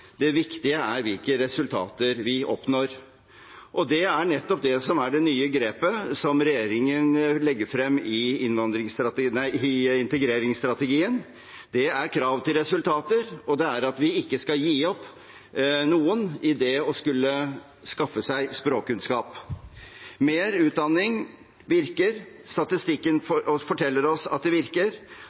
Det viktige er hvilke resultater vi oppnår. Det er nettopp det som er det nye grepet regjeringen legger frem i integreringsstrategien. Det er krav til resultater og at vi ikke skal gi opp noen i det å skaffe seg språkkunnskap. Mer utdanning virker. Statistikken forteller oss at det virker.